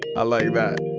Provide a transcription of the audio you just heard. i like that.